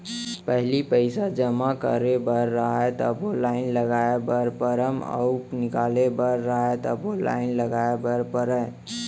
पहिली पइसा जमा करे बर रहय तभो लाइन लगाय बर परम अउ निकाले बर रहय तभो लाइन लगाय बर परय